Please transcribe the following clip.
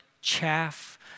chaff